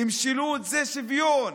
משילות זה שוויון,